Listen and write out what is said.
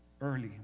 early